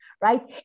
right